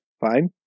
Fine